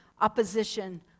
opposition